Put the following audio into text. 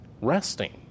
resting